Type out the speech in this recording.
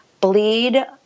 bleed